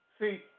See